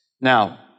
Now